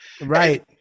Right